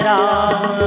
Ram